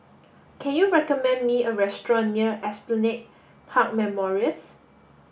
can you recommend me a restaurant near Esplanade Park Memorials